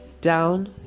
down